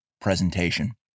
presentation